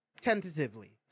Tentatively